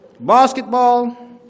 basketball